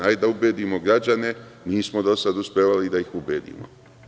Hajde da ubedimo građane, nismo do sada uspevali da ih ubedimo.